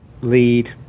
lead